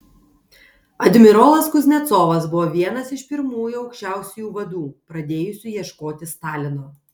admirolas kuznecovas buvo vienas iš pirmųjų aukščiausiųjų vadų pradėjusių ieškoti stalino